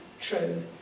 true